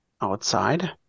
outside